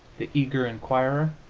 the eager inquirer?